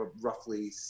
roughly